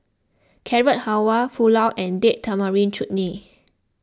Carrot Halwa Pulao and Date Tamarind Chutney